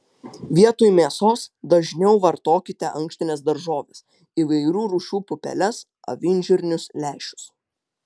vietoj mėsos dažniau vartokite ankštines daržoves įvairių rūšių pupeles avinžirnius lęšius